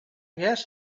guess